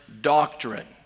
doctrine